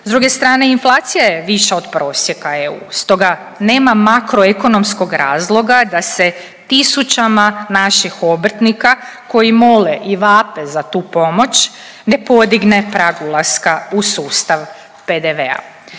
S druge strane inflacija je viša od prosjeka EU, stoga nema makroekonomskog razloga da se tisućama naših obrtnika koji mole i vape za tu pomoć ne podigne prag ulaska u sustav PDV-a.